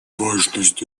важность